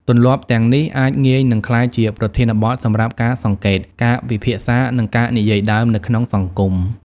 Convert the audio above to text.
ទម្លាប់ទាំងនេះអាចងាយនឹងក្លាយជាប្រធានបទសម្រាប់ការសង្កេត ការពិភាក្សា និងការនិយាយដើមនៅក្នុងសង្គម។